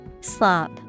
Slop